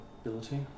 ability